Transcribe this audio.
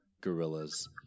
gorillas